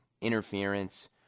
Interference